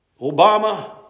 Obama